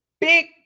Big